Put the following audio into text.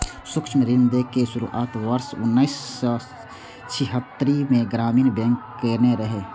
सूक्ष्म ऋण दै के शुरुआत वर्ष उन्नैस सय छिहत्तरि मे ग्रामीण बैंक कयने रहै